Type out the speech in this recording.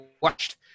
watched